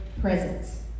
presence